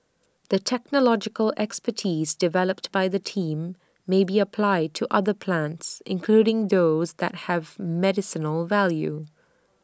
the technological expertise developed by the team may be applied to other plants including those that have medicinal value